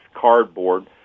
cardboard